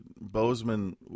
Bozeman